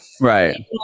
right